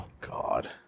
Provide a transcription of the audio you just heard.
God